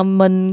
mình